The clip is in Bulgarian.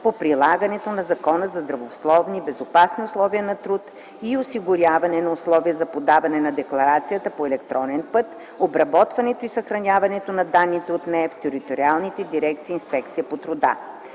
по прилагането на Закона за здравословни и безопасни условия на труд и осигуряване на условия за подаване на декларацията по електронен път, обработването и съхраняването на данните от нея в териториалните дирекции "Инспекция по труда".